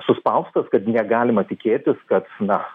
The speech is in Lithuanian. suspaustas kad negalima tikėtis kad na